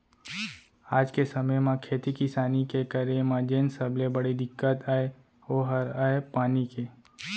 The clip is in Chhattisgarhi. आज के समे म खेती किसानी के करे म जेन सबले बड़े दिक्कत अय ओ हर अय पानी के